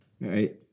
right